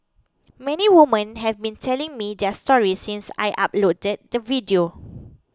many women have been telling me their stories since I uploaded the video